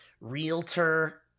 realtor